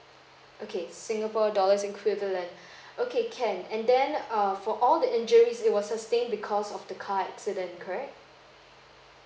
okay singapore dollars equivalent okay can and then err for all the injuries it was sustain because of the car accident correct